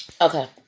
Okay